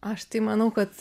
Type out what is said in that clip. aš tai manau kad